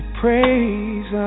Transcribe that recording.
praise